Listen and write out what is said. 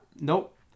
Nope